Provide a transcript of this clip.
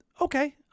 okay